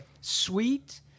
sweet